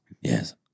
Yes